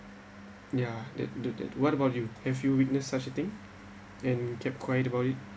ya that that that what about you have you witness such a thing and kept quiet about it